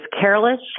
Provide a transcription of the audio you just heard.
careless